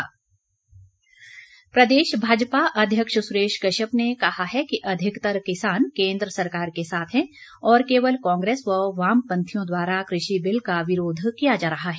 कश्यप प्रदेश भाजपा अध्यक्ष सुरेश कश्यप ने कहा है कि अधिकतर किसान केन्द्र सरकार के साथ हैं और केवल कांग्रेस व वामपंथियों द्वारा कृषि बिल का विरोध किया जा रहा है